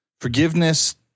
forgiveness